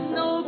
no